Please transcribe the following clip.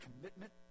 commitment